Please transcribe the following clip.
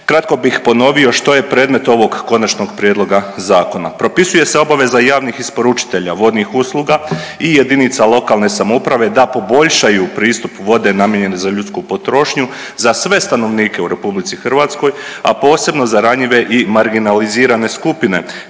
Kratko bih ponovio što je predmet ovog konačnog prijedloga zakona. Propisuje se obaveza javnih isporučitelja vodnih usluga i jedinica lokalne samouprave da poboljšaju pristup vode namijenjene za ljudsku potrošnju za sve stanovnike u Republici Hrvatskoj a posebno za ranjive i marginalizirane skupine